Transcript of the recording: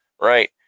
right